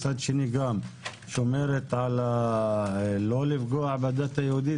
מצד שני גם לא לפגוע בדת היהודית,